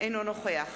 אינו נוכח